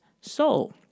soul